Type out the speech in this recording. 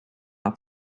not